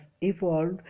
evolved